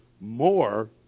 more